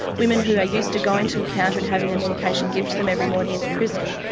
women who are used to going to a counter and having the medication given to them every morning in the prison,